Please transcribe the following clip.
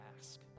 ask